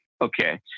okay